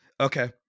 Okay